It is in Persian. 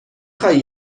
خوای